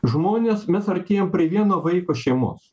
žmonės mes artėjam prie vieno vaiko šeimos